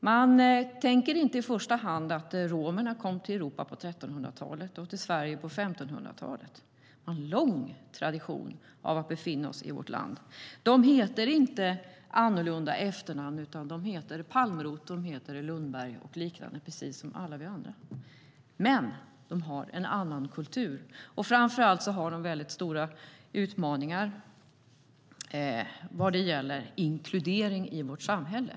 Man tänker inte i första hand på att romerna kom till Europa på 1300-talet och till Sverige på 1500-talet och har en lång tradition av att befinna sig i vårt land. De har inte annorlunda efternamn, utan de heter Palmroth, Lundberg och liknande, precis som alla vi andra. Men de har en annan kultur. Framför allt har de väldigt stora utmaningar vad gäller inkludering i vårt samhälle.